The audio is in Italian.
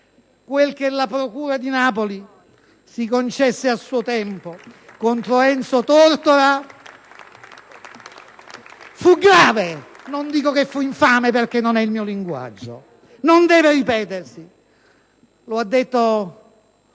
Quello che la procura di Napoli si concesse a suo tempo contro Enzo Tortora fu grave (non dico che fu infame perché non è il mio linguaggio), e non deve ripetersi. Lo ha detto